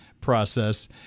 process